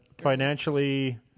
financially